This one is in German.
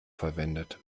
verwendet